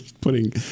putting